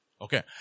Okay